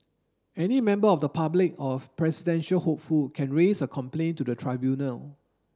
any member of the public or a presidential hopeful can raise a complaint to the tribunal